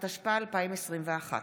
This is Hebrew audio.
התשפ"א 2021,